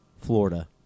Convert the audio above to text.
Florida